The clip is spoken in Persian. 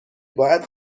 باید